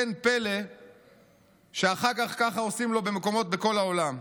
אין פלא שאחר כך עושים ככה לו במקומות בכל העולם.